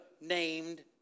named